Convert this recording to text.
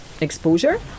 exposure